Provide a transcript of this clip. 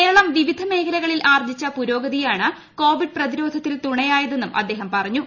കേരളം വിവിധ മേഖലകളിൽ ആർജിച്ച പുരോഗതിയാണ് കോവിഡ് പ്രതിരോധത്തിൽ തുണയായതെന്നും അദ്ദേഹം പറഞ്ഞു